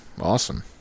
Awesome